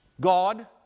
God